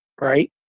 right